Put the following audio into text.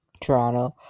Toronto